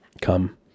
come